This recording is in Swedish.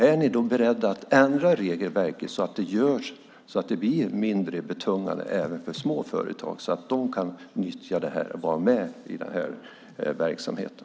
Är ni beredda att ändra regelverket så att det blir mindre betungande även för små företag så att de kan nyttja detta och vara med i verksamheten?